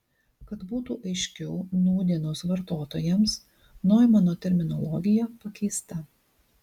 kad būtų aiškiau nūdienos vartotojams noimano terminologija pakeista